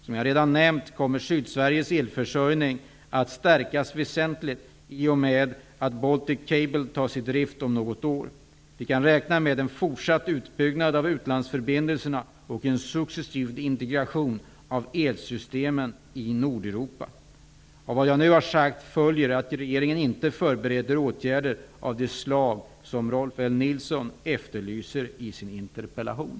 Som jag redan nämnt kommer Sydsveriges elförsörjning att stärkas väsentligt i och med att Baltic Cable tas i drift om något år. Vi kan räkna med en fortsatt utbyggnad av utlandsförbindelserna och en successiv integration av elsystemen i Nordeuropa. Av vad jag nu har sagt följer att regeringen inte förbereder åtgärder av det slag som Rolf L Nilson efterlyser i sin interpellation.